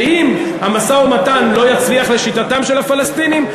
שאם המשא-ומתן לא יצליח לשיטתם של הפלסטינים,